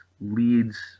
leads